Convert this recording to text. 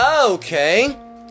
Okay